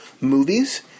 movies